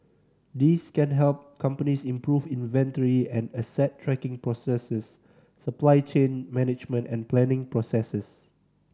these can help companies improve inventory and asset tracking processes supply chain management and planning processes